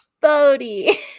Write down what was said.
Bodhi